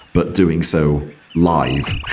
but doing so live.